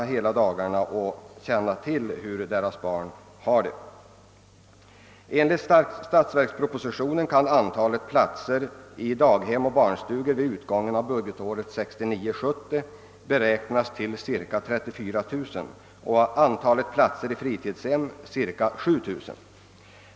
pressande när de vet hur deras barn har det. Enligt statsverkspropositionen kan antålet platser i daghem och barnstugor beräknas vara ungefär 34000 vid utgången av budgetåret 1969/70 och antalet platser i fritidshem cirka 7000.